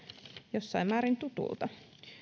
jossain määrin tutulta